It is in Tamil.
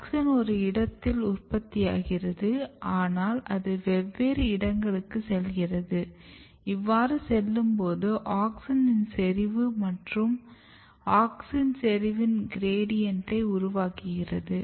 ஆக்ஸின் ஒரு இடத்தில் உற்பத்தியாகிறது ஆனால் அது வெவ்வேறு இடங்களுக்கு செல்கிறது இவ்வாறு செல்லும்போது அது ஆக்ஸினின் செறிவு மற்றும் ஆக்ஸின் செறிவின் கிரேடியன்ட்டை உருவாக்குகிறது